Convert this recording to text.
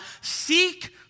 Seek